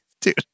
Dude